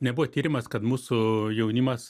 nebuvo tyrimas kad mūsų jaunimas